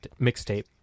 mixtape